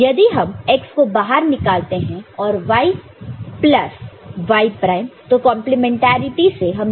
यदि हम x को बाहर निकालते हैं और y प्लस y प्राइम तो कंप्लीमेंट्रिटी से हम देख सकते हैं x प्राइम y और यह 1 है